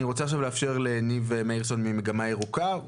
ניב מאירסון ממגמה ירוקה,